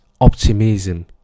optimism